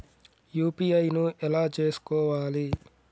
UPI ను ఎలా చేస్కోవాలి?